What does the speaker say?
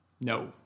No